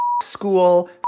school